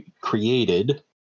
created